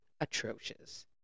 atrocious